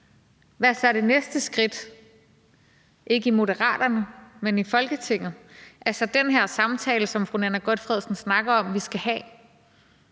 Hvad er så det næste skridt, ikke hos Moderaterne, men i Folketinget? Er den her samtale, som Nanna W. Gotfredsen snakker om vi skal have,